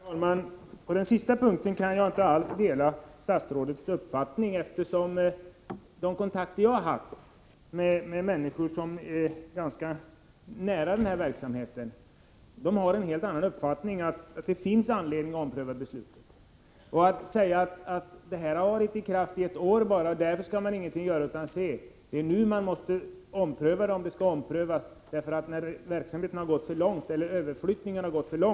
Herr talman! På den sista punkten kan jag inte alls dela statsrådets uppfattning. Människor som är ganska nära verksamheten och som jag har haft kontakt med har en helt annan uppfattning — att det finns anledning att ompröva beslutet. Det är fel att säga att man inte bör göra något därför att beslutet varit i kraft bara ett år. Tvärtom är det nu som beslutet måste omprövas, om det skall omprövas. När överflyttningen har gått för långt finns det nämligen ingen återvändo.